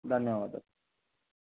ధన్యవాదాలు